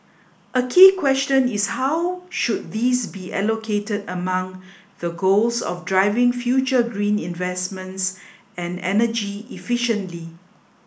a key question is how should these be allocated among the goals of driving further green investments and energy efficiency